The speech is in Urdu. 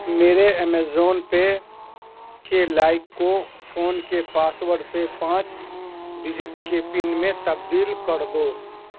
میرے امیزون پے کے لائک کو فون کے پاس ورڈ سے پانچ ڈجٹ کے پن میں تبدیل کر دو